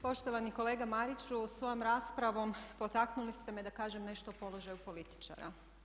Poštovani kolega Mariću, svojom raspravom potaknuli ste me da kažem nešto o položaju političara.